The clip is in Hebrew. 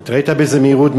אתה ראית באיזה מהירות,